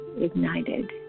ignited